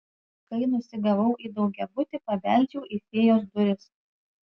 kai nusigavau į daugiabutį pabeldžiau į fėjos duris